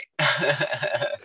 right